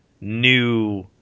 new